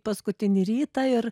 paskutinį rytą ir